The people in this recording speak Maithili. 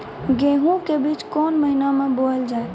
गेहूँ के बीच कोन महीन मे बोएल जाए?